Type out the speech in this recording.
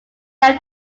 left